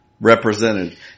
represented